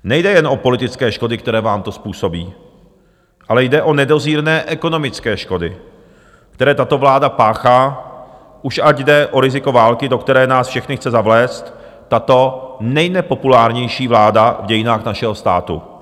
Nejde jen o politické škody, které vám to způsobí, ale jde o nedozírné ekonomické škody, které tato vláda páchá, ať už jde o riziko války, do které nás všechny chce zavléct tato nejnepopulárnější vláda v dějinách našeho státu.